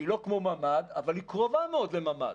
שהיא לא כמו ממ"ד אבל היא קרובה מאוד לממ"ד.